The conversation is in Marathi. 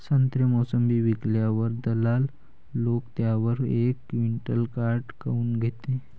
संत्रे, मोसंबी विकल्यावर दलाल लोकं त्याच्यावर एक क्विंटल काट काऊन घेते?